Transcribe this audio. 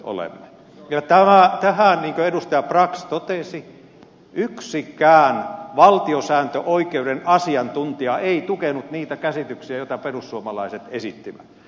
niin kuin edustaja brax totesi yksikään valtiosääntöoikeuden asiantuntija ei tukenut niitä käsityksiä joita perussuomalaiset esittivät